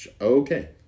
okay